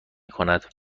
کند